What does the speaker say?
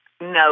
No